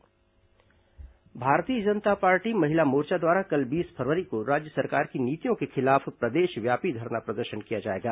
भाजपा आंदोलन भारतीय जनता पार्टी महिला मोर्चा द्वारा कल बीस फरवरी को राज्य सरकार की नीतियों के खिलाफ प्रदेशव्यापी धरना प्रदर्शन किया जाएगा